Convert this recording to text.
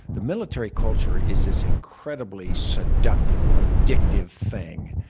the military culture is this incredibly seductive or addictive thing.